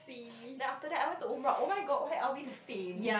then after that I went to umrah</malay) oh-my-god why are we the same